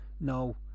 no